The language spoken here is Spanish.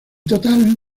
total